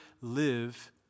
live